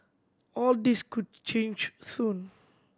all this could change soon